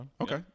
Okay